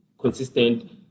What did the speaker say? consistent